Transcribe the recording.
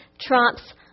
trumps